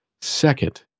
Second